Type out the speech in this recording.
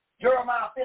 Jeremiah